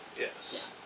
yes